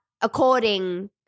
according